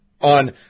on